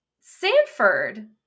Sanford